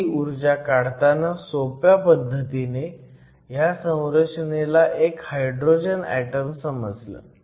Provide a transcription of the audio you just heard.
आपण ही ऊर्जा काढताना सोप्या पद्धतीने हया संरचनेला एक हायड्रोजन ऍटम समजलं